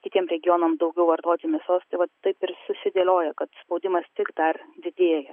kitiem regionam daugiau vartoti mėsos taip ir susidėlioja kad spaudimas tik dar didėja